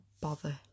Bother